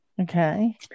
Okay